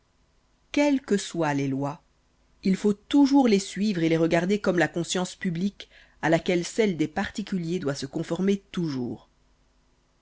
quelles que soient les lois il faut toujours les suivre et les regarder comme la conscience publique à laquelle celle des particuliers doit se conformer toujours